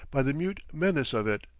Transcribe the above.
by the mute menace of it,